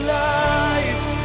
life